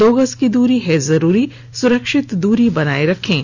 दो गज की दूरी है जरूरी सुरक्षित दूरी बनाए रखें